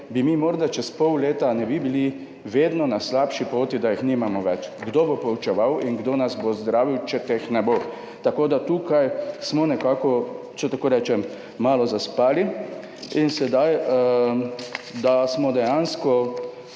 mi morda čez pol leta ne bi bili na vedno slabši poti, da jih nimamo več. Kdo bo poučeval in kdo nas bo zdravil, če teh ne bo? Tukaj smo nekako, če tako rečem, malo zaspali. Dejansko smo